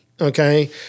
okay